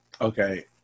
okay